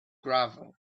gravel